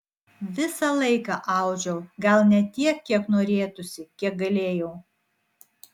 visą laiką audžiau gal ne tiek kiek norėtųsi kiek galėjau